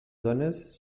dones